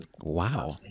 Wow